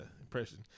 impression